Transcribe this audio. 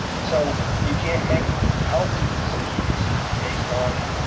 so you can't make health decisions based on.